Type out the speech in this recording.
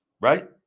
right